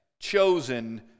chosen